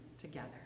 together